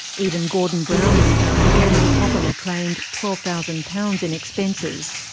even gordon brown was found to have improperly claimed twelve thousand pounds in expenses.